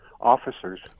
officers